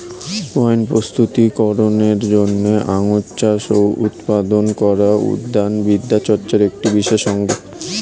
wine প্রস্তুতি করনের জন্য আঙুর চাষ ও উৎপাদন করা উদ্যান বিদ্যাচর্চার একটি বিশেষ অঙ্গ